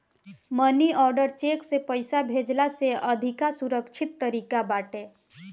मनी order cheque से पईसा भेजला से अधिका सुरक्षित तरीका बाटे